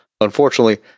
Unfortunately